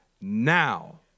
now